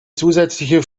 zusätzliche